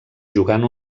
jugant